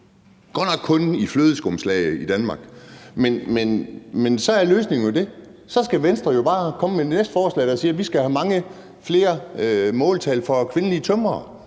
godt nok kun i flødeskumslaget i Danmark. Men så er løsningen jo det. Så skal Venstre bare komme med det næste forslag, der siger, at vi skal have mange flere måltal for kvindelige tømrere,